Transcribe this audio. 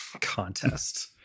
contest